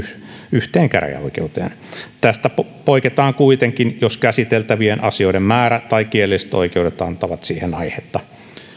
yhteen käräjäoikeuteen tästä poiketaan kuitenkin jos käsiteltävien asioiden määrä tai kielelliset oikeudet antavat siihen aihetta